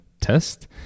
test